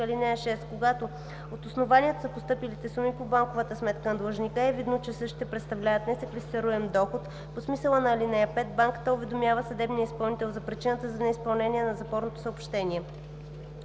(6) Когато от основанието за постъпилите суми по банковата сметка на длъжника е видно, че същите представляват несеквестируем доход по смисъла на ал. 5, банката уведомява съдебния изпълнител за причината за неизпълнение на запорното съобщение.“